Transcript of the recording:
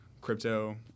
crypto